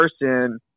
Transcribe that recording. person